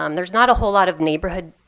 um there's not a whole lot of neighborhood